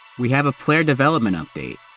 we have a player development update.